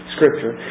Scripture